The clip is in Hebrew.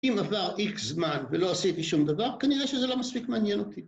אם עבר איקס זמן ולא עשיתי שום דבר, כנראה שזה לא מספיק מעניין אותי